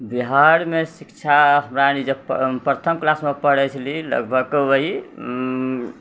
बिहारमे शिक्षा हमरा आरि जे प्रथम किलासमे पढ़ै छलिए लगभग वही